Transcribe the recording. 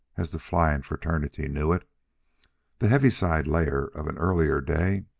as the flying fraternity knew it the heaviside layer of an earlier day